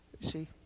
See